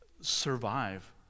survive